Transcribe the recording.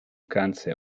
cáncer